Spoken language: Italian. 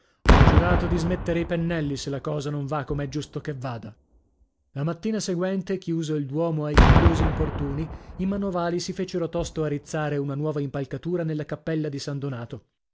ho giurato di smettere i pennelli se la cosa non va come è giusto che vada la mattina seguente chiuso il duomo ai curiosi importuni i manovali si fecero tosto a rizzare una nuova impalcatura nella cappella di san donato